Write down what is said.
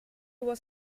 was